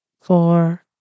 four